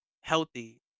healthy